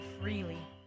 freely